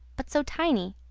but so tiny.